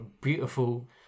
beautiful